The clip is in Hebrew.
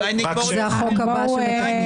זה החוק הבא שמתכננים.